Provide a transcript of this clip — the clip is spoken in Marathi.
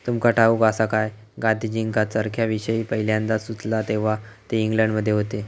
तुमका ठाऊक आसा काय, गांधीजींका चरख्याविषयी पयल्यांदा सुचला तेव्हा ते इंग्लंडमध्ये होते